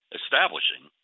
establishing